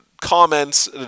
Comments